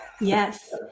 Yes